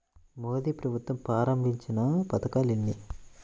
మోదీ ప్రభుత్వం ప్రారంభించిన పథకాలు ఎన్ని?